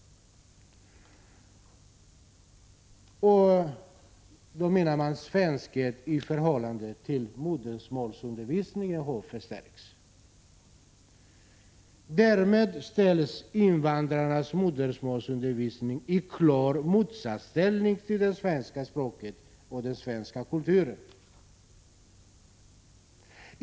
Man syftar då på att svenskämnet har förstärkts i förhållande till modersmålsundervisningen. Därmed ställs invandrarnas modersmålsundervisning i klar motsatsställning till det svenska språket och den svenska kulturen.